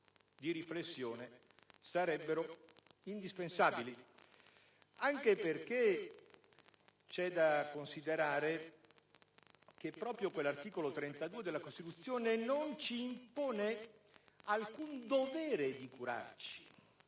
di riflessione sarebbero indispensabili; anche perché c'è da considerare che proprio l'articolo 32 della Costituzione non ci impone alcun dovere di curarci.